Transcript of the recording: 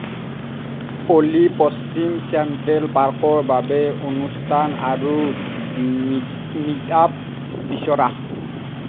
অ'লি পশ্চিম চেণ্ট্ৰেল পাৰ্কৰ বাবে অনুষ্ঠান আৰু মীট মীটআপ বিচৰা